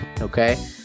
Okay